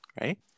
right